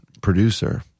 producer